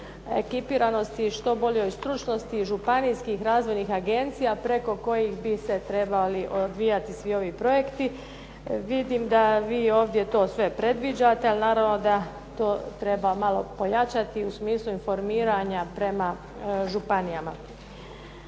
ekipiranosti, što boljoj stručnosti županijskih razvojnih agencija preko kojih bi se trebali odvijati svi ovi projekti. Vidim da vi ovdje to sve predviđate, ali naravno da to treba malo pojačati u smislu informiranja prema županijama.